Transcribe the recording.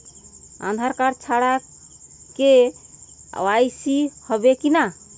আধার card ছাড়া KYC হবে কিনা?